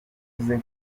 wavuze